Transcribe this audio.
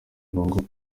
bunguke